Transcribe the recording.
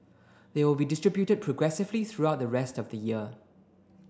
they will be distributed progressively throughout the rest of the year